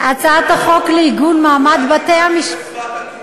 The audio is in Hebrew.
ענת ברקו, הנה היא.